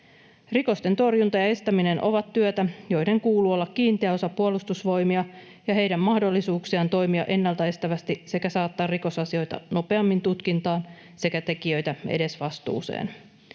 Rikosten torjunta ja estäminen ovat työtä, jonka kuuluu olla kiinteä osa Puolustusvoimia ja heidän mahdollisuuksiaan toimia ennaltaestävästi sekä saattaa rikosasioita nopeammin tutkintaan sekä tekijöitä edesvastuuseen.